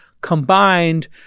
combined